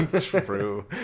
True